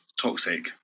toxic